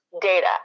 data